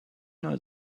know